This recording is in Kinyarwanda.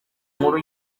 nkuru